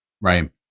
Right